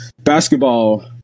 basketball